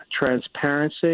transparency